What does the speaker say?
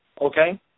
okay